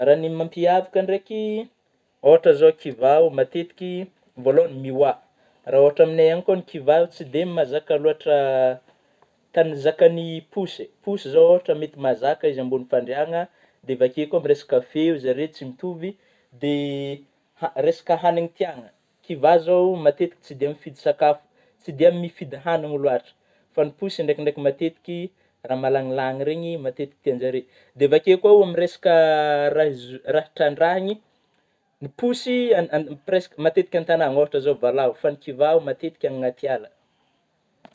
Raha ny mampiavaka ndraiky, ôhatry zao kiva oh matetiky vôalohagny mioah, raha ôhatry ny amignay any koa kiva tsy dia mazaka lôatra tany zakan'ny posy. Posy zao ôhatry mety mazaka izy ambôny fandriagna, dia avy akeo kôa zareo amin'ny resaka feo zareo tsy mitôvy de ha, resaka hanigna tiagna, kiva zao matetiky tsy de mifidy sakafo tsy dia mifidy hanigna lôatra, fa ny posy ndraikindraiky matetiky raha malanilany reny matetika tianjareo ,dia avy akeo kôa amin'ny resaka raha izy io, raha trandrahagny, ny posy presque matetiky an-antagnagna ôhatry zao voalavo fa ny kiva matetiky any agnaty ala.